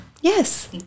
yes